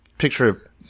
picture